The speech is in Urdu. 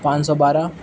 پانچ سو بارہ